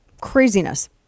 craziness